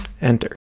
enter